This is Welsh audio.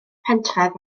pentref